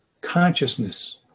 consciousness